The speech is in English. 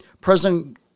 President